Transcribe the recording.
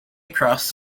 across